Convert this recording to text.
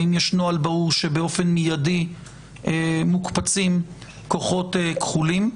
האם יש נוהל ברור שבאופן מידי קופצים כוחות כחולים?